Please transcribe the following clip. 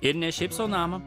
ir ne šiaip sau namą